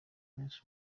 benshi